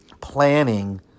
planning